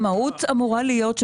המהות אמורה להיות,